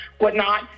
whatnot